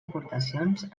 aportacions